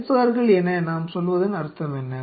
சென்சார்கள் என நான் சொல்வதன் அர்த்தம் என்ன